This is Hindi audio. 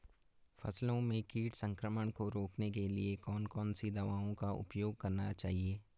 फसलों में कीट संक्रमण को रोकने के लिए कौन कौन सी दवाओं का उपयोग करना चाहिए?